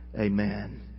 amen